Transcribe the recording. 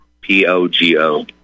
P-O-G-O